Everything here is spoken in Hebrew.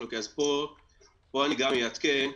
פה אני גם אעדכן,